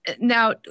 Now